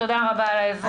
תודה רבה על העזרה.